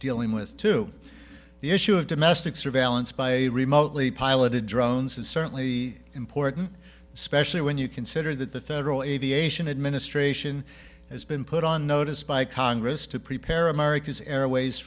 dealing with too the issue of domestic surveillance by a remotely piloted drones is certainly important especially when you consider that the federal aviation administration has been put on notice by congress to prepare america's airways